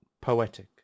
poetic